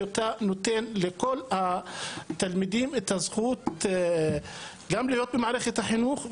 שאתה נותן לכל התלמידים את הזכות גם להיות במערכת החינוך,